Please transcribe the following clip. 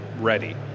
ready